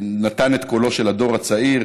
ונתן את קולו של הדור הצעיר,